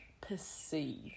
perceive